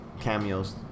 cameos